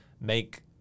make –